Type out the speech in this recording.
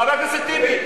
חבר הכנסת טיבי,